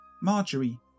Marjorie